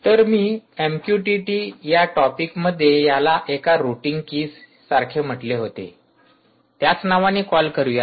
तर मी एमक्यूटिटी या टॉपिक मध्ये याला एका रूटिंग की सारखे म्हंटले होते त्याच नावाने कॉल करू या